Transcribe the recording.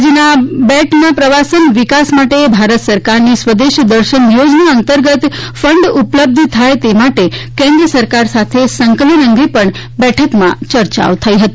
રાજ્યના આ બેટના પ્રવાસન વિકાસ માટે ભારત સરકારની સ્વદેશ દર્શન યોજના અંતર્ગત ફંડ ઉપલબ્ધ થાય તે માટે કેન્દ્ર સરકાર સાથે સંકલન અંગે પણ બેઠકમાં ચર્ચાઓ થઇ હતી